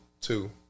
two